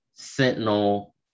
Sentinel